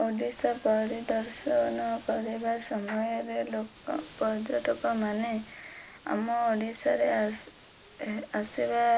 ଓଡ଼ିଶା ପରିଦର୍ଶନ କରିବା ସମୟରେ ଲୋକ ପର୍ଯ୍ୟଟକ ମାନେ ଆମ ଓଡ଼ିଶାରେ ଆସି ଆସିବା